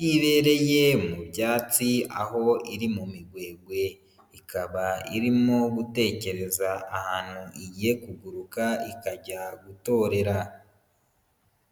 yibereye mu byatsi aho iri mu migwegwe, ikaba irimo gutekereza ahantu igiye kuguruka ikajya gutorera.